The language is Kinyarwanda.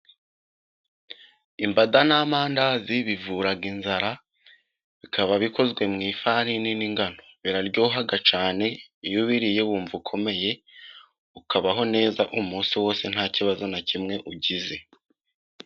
Imbada n'amandazi bivura inzara, bikaba bikozwe mu ifarini n'ingano, biraryoha cyane. Iyo ubiriye wumva ukomeye, ukabaho neza umunsi wose ntaki kibazo na kimwe ugize.